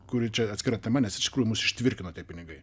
kuri čia atskira tema nes iš tikrųjų mus ištvirkino tie pinigai